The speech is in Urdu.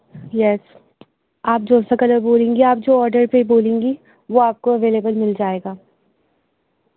یس آپ جو سا کلر بولیں گی آپ جو آڈر پہ بولیں گی وہ آپ کو اویلیبل مل جائے گا